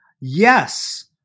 Yes